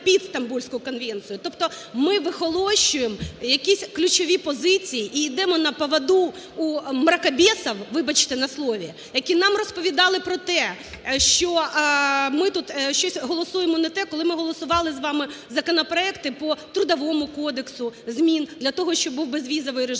Тобто ми вихолощуємо якісь ключові позиції і йдемо на поводу у "мракобесов", вибачте на слові, які нам розповідали про те, що ми тут голосуємо щось не те, коли ми голосували з вами законопроекти по Трудовому кодексу змін для того, щоб був безвізовий режим.